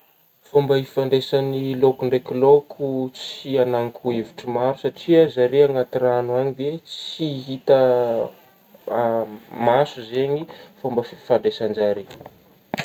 Fomba ifandraisagny lôko ndraiky lôko tsy anako hevitry maro satria zare anaty ragno any de tsy hita ma-maso zegny fifandaisan'zare.